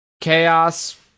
Chaos